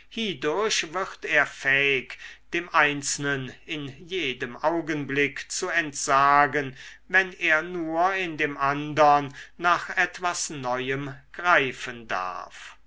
er fähig dem einzelnen in jedem augenblick zu entsagen wenn er nur in dem andern nach etwas neuem greifen darf